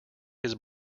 his